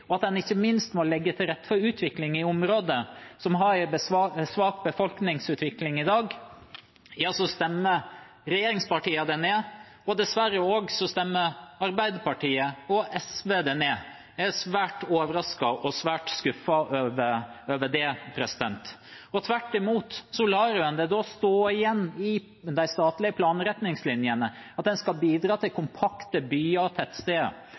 og at en ikke minst må legge til rette for utvikling i områder som har svak befolkningsutvikling i dag – så stemmer regjeringspartiene det ned. Dessverre stemmer også Arbeiderpartiet og SV det ned. Jeg er svært overrasket og svært skuffet over det. En lar det da – tvert imot – stå igjen i de statlige planretningslinjene at en skal bidra til kompakte byer og tettsteder.